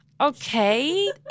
okay